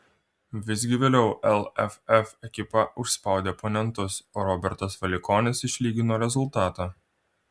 visgi vėliau lff ekipa užspaudė oponentus o robertas valikonis išlygino rezultatą